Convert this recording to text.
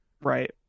Right